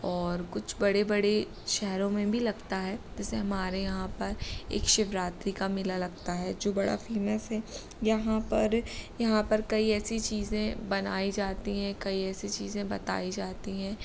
और कुछ बड़े बड़े शहरों में भी लगता है जैसे हमारे यहाँ पर एक शिवरात्रि का मेला लगता है जो बड़ा फेमस है यहाँ पर यहाँ पर कई ऐसी चीज़ें बनाई जाती हैं कई ऐसी चीज़ें बताई जाती हैं